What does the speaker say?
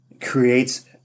creates